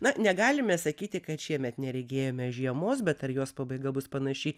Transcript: na negalime sakyti kad šiemet neregėjome žiemos bet ar jos pabaiga bus panaši